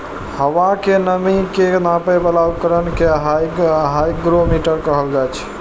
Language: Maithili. हवा के नमी के नापै बला उपकरण कें हाइग्रोमीटर कहल जाइ छै